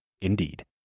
Indeed